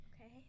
okay